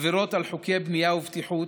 על עבירות על חוקי בנייה ובטיחות,